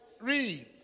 Read